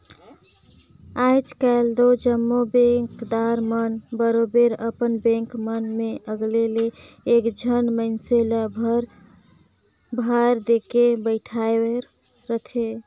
आएज काएल दो जम्मो बेंकदार मन बरोबेर अपन बेंक मन में अलगे ले एक झन मइनसे ल परभार देके बइठाएर रहथे